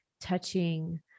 touching